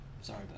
Sorry